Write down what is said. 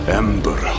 ember